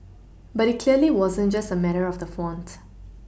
but it clearly wasn't just a matter of the font